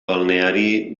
balneari